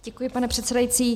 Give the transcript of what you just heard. Děkuji, pane předsedající.